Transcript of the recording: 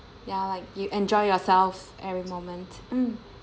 ya like you enjoy yourselves every moment um